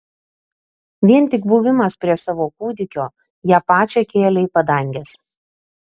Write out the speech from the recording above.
vien tik buvimas prie savo kūdikio ją pačią kėlė į padanges